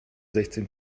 sechzehn